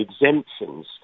exemptions